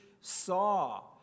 saw